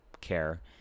care